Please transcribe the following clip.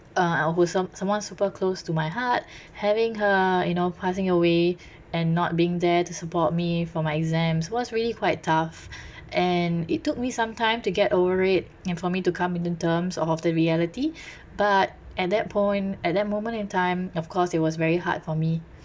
uh who some someone super close to my heart having her you know passing away and not being there to support me for my exams it was really quite tough and it took me some time to get over it and for me to come into terms of the reality but at that point at that moment in time of course it was very hard for me